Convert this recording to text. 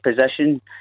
position